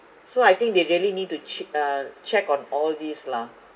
so I think they really need to che~ uh check on all these lah